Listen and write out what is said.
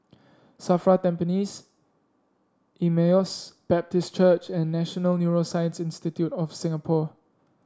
Safra Tampines Emmaus Baptist Church and National Neuroscience Institute of Singapore